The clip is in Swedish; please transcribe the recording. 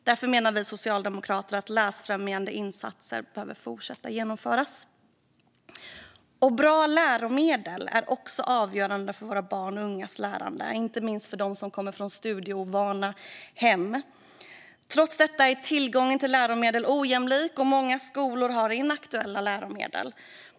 Därför menar vi socialdemokrater att läsfrämjande insatser behöver fortsätta att genomföras. Bra läromedel är också avgörande för våra barns och ungas lärande, inte minst för dem som inte kommer från studievana hem. Trots detta är tillgången till läromedel ojämlik, och många skolor har inaktuella läromedel.